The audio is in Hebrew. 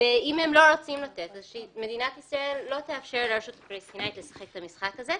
אסור שמדינת ישראל תאפשר לרשות הפלסטינית לשחק את המשחק הזה.